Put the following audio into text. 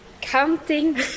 counting